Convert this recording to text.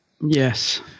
Yes